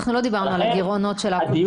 אנחנו לא דיברנו על הגרעונות של הקופות.